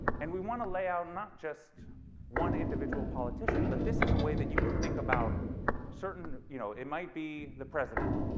and we want to lay out just one individual politician but this is a way that you can think about certain you know it might be the president